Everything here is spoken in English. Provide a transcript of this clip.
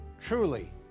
Truly